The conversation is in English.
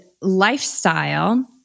lifestyle